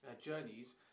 journeys